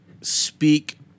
speak